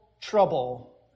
trouble